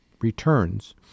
returns